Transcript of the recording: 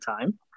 time